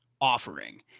offering